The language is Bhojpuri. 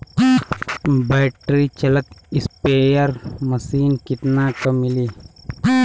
बैटरी चलत स्प्रेयर मशीन कितना क मिली?